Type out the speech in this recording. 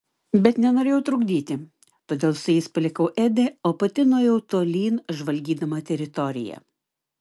bet nenorėjau trukdyti todėl su jais palikau edį o pati nuėjau tolyn žvalgydama teritoriją